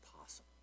possible